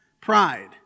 pride